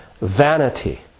vanity